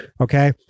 Okay